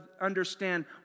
understand